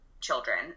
children